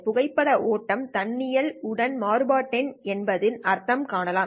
புகைப்பட ஓட்டம் தன்னியல் உடன் மாறுபாட்டெண் என்பதின் அர்த்தத்தை காணலாம்